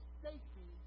safety